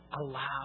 allow